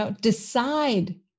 Decide